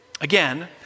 Again